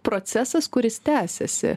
procesas kuris tęsiasi